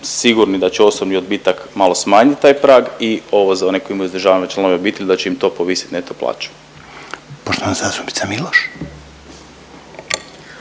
sigurni da će osobni odbitak malo smanjit taj prag i ovo za one koji imaju uzdržavane članove obitelji da će im to povisit neto plaću. **Reiner, Željko